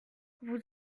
vous